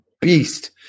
beast